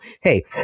hey